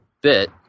bit